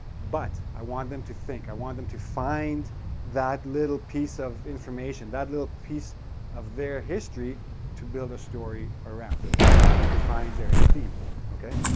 but i want them to think. i want them to find that little piece of information, that little piece of their history to build a story around, okay? i want them to find their theme, okay?